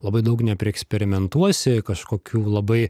labai daug neprieksperimentuosi kažkokių labai